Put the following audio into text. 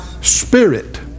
spirit